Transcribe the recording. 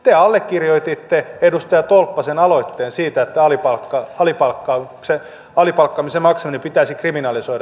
te allekirjoititte edustaja tolppasen aloitteen siitä että alipalkan maksaminen pitäisi kriminalisoida